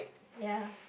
ya